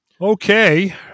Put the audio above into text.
Okay